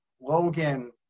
Logan